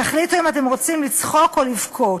תחליטו אם אתם רוצים לצחוק או לבכות.